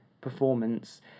performance